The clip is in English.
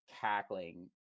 cackling